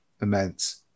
immense